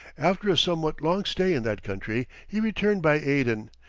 after a somewhat long stay in that country, he returned by aden,